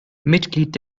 mitglied